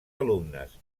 alumnes